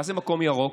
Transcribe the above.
מה זה מקום ירוק?